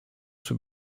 would